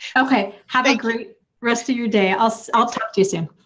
okay, have a great rest of your day. i'll so i'll talk to you soon.